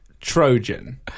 Trojan